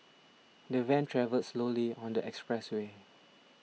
the van travelled slowly on the expressway